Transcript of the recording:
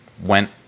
went